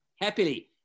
Happily